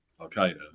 Al-Qaeda